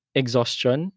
exhaustion